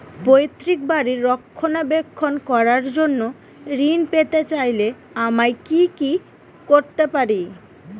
পৈত্রিক বাড়ির রক্ষণাবেক্ষণ করার জন্য ঋণ পেতে চাইলে আমায় কি কী করতে পারি?